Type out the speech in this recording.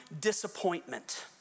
disappointment